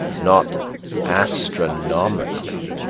not astronomically.